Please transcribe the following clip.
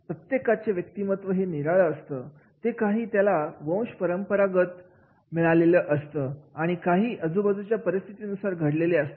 प्रत्येकाचे व्यक्तिमत्त्व हे निराळं असतं ते काही त्याला वंशपरंपरागत मी आलेले असते आणि काही आजूबाजूच्या परिस्थितीनुसार घडलेले असते